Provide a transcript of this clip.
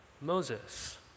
Moses